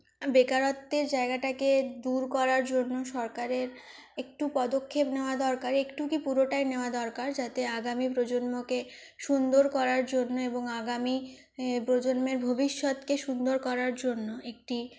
বেকারত্বের জায়গাটাকে দূর করার জন্য সরকারের একটু পদক্ষেপ নেওয়া দরকার একটু কি পুরোটাই নেওয়া দরকার যাতে আগামী প্রজন্মকে সুন্দর করার জন্য এবং আগামী প্রজন্মের ভবিষ্যতকে সুন্দর করার জন্য একটি